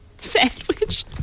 Sandwich